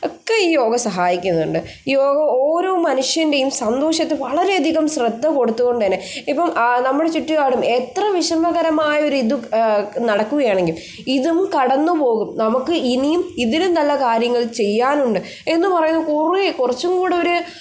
ഒക്കെ ഈ യോഗ സഹായിക്കുന്നുണ്ട് യോഗ ഓരോ മനുഷ്യൻ്റെയും സന്തോഷത്തിൽ വളരെ അധികം ശ്രദ്ധ കൊടുത്തുകൊണ്ടുതനെ ഇപ്പം നമ്മുടെ ചുറ്റുപാടും എത്ര വിഷമകരമായ ഒരു ഇതും നടക്കുകയാണെങ്കിൽ ഇതും കടന്ന് പോകും നമുക്ക് ഇനിയും ഇതിലും നല്ല കാര്യങ്ങൾ ചെയ്യാനുണ്ട് എന്ന് പറയുന്ന കൊറേ കുറച്ചുംകൂടെ ഒരു